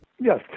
Yes